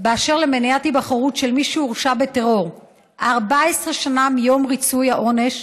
באשר למניעת היבחרות של מי שהורשע בטרור 14 שנה מיום ריצוי העונש.